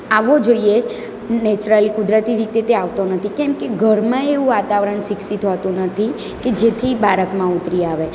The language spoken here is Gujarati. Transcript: આવવો જોઈએ નેચરલી કુદરતી રીતે તે આવતો નથી કેમકે ઘરમાં એવું વાતાવરણ શિક્ષિત હોતું નથી કે જેથી એ બાળકમાં ઉતરી આવે